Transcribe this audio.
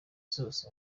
zose